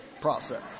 process